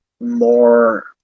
more